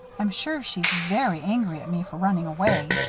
i'm sure she's very angry at me for running away.